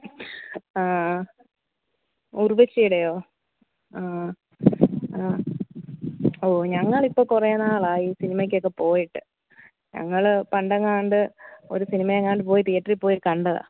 ആ ഉർവശിയുടെയോ ആ ആ ഓ ഞങ്ങൾ ഇപ്പോൾ കുറേ നാളായി സിനിമയ്ക്കൊക്കെ പോയിട്ട് ഞങ്ങൾ പണ്ടെങ്ങാണ്ട് ഒരു സിനിമ എങ്ങാണ്ട് പോയി തിയേറ്ററിൽ പോയി കണ്ടതാണ്